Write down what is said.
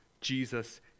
Jesus